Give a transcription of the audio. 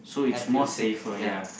I'd feel safe ya